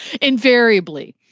Invariably